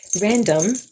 random